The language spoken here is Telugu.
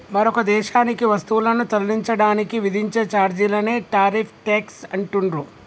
మరొక దేశానికి వస్తువులను తరలించడానికి విధించే ఛార్జీలనే టారిఫ్ ట్యేక్స్ అంటుండ్రు